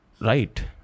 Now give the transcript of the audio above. Right